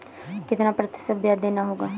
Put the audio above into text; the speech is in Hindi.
कितना प्रतिशत ब्याज देना होगा?